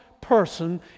person